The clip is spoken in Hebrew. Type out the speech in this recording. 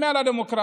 הם מעל הדמוקרטיה,